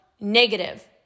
negative